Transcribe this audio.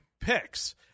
picks